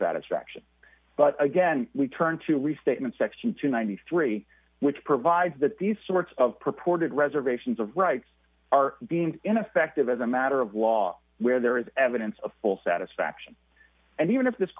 satisfaction but again we turn to restatement section two hundred and ninety three which provides that these sorts of purported reservations of rights are being ineffective as a matter of law where there is evidence of full satisfaction and even if this